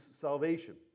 salvation